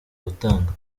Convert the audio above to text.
gutanga